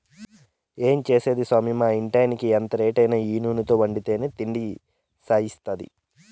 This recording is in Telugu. ఏం చేసేది సామీ మా ఇంటాయినకి ఎంత రేటైనా ఈ నూనెతో వండితేనే తిండి సయిత్తాది